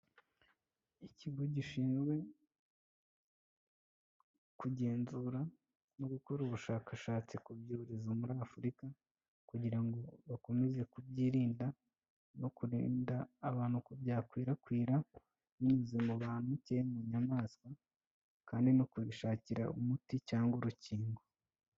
Ikigo gishinzwe kugenzura no gukora ubushakashatsi ku byorezo muri Afurika kugira ngo bakomeze kubyirinda no kurinda abantu ko byakwirakwira binyuze mu bantu cyangwa mu nyamaswa kandi no kubishakira umuti cyangwa urukingo.